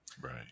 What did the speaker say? Right